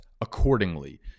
accordingly